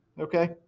okay